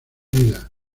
vida